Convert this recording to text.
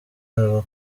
aba